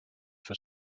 for